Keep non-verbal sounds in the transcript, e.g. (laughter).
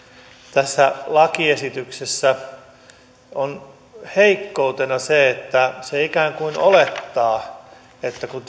tässä lakiesityksessä on heikkoutena se että se ikään kuin olettaa että kun (unintelligible)